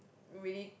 really